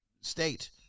state